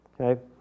Okay